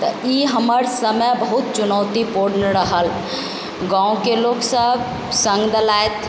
तऽ ई हमर समय बहुत चुनौतीपुर्ण रहल गाँवके लोग सब सङ्ग देलथि